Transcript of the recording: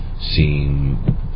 seem